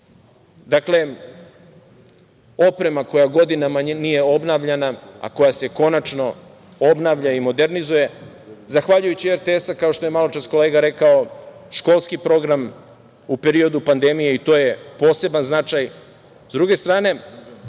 Dakle, oprema koja godinama nije obnavljana, a koja se konačno obnavlja i modernizuje. Zahvaljujući RTS-u, kao što je maločas kolega rekao, školski program se odvijao u periodu pandemije i to je poseban značaj.S druge strane,